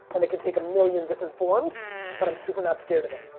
and that can take a million different forms but i'm super not scared of it.